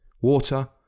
water